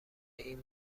این